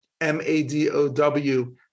M-A-D-O-W